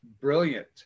brilliant